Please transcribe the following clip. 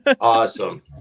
Awesome